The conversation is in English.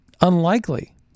unlikely